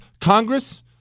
Congress